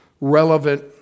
relevant